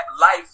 life